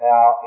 Now